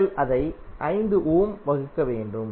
நீங்கள் அதை 5 ஓம் வகுக்க வேண்டும்